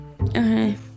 Okay